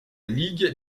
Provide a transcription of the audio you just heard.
ligue